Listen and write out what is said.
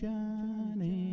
Johnny